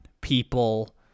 people